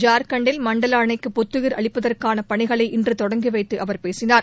ஜார்கண்டில் மண்டல் அணைக்கு புத்தயிர் அளிப்பதற்கான பணிகளை இன்று தொடங்கிவைத்து அவர் பேசினார்